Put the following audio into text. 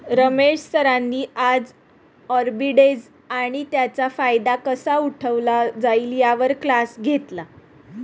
रमेश सरांनी आज आर्बिट्रेज आणि त्याचा फायदा कसा उठवता येईल यावर क्लास घेतला